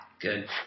Good